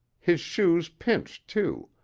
his shoes pinched, too,